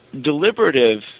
deliberative